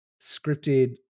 scripted